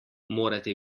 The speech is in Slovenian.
morate